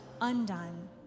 undone